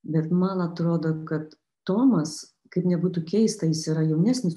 bet man atrodo kad tomas kaip nebūtų keista jis yra jaunesnis